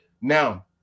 Now